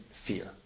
fear